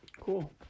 Cool